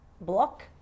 block